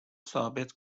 ثابت